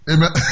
Amen